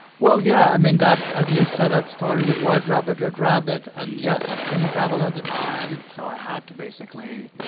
well, yeah, i mean that. as you said, that started with white rabbit, red rabbit, and yes i couldn't travel at the time, so i had to basically